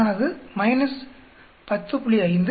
ஆனது 10